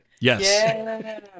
Yes